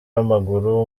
w’amaguru